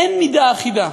אין מידה אחידה.